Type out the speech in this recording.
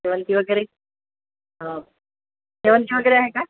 शेवंतीवगैरे ह शेवंतीवगैरे आहे का